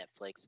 Netflix